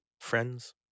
friends